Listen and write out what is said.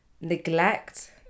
Neglect